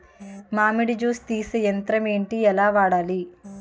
మామిడి జూస్ తీసే యంత్రం ఏంటి? ఎలా వాడాలి?